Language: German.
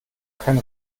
kein